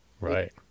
right